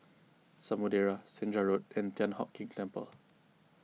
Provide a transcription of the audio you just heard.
Samudera Senja Road and Thian Hock Keng Temple